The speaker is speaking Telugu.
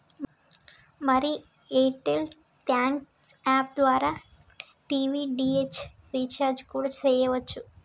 మరి ఎయిర్టెల్ థాంక్స్ యాప్ ద్వారా టీవీ డి.టి.హెచ్ రీఛార్జి కూడా సెయ్యవచ్చు